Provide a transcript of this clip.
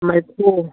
ꯃꯔꯤꯐꯨ